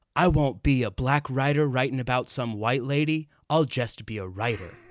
i won't be a black writer writing about some white lady. i'll just be a writer.